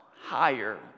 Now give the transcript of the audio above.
higher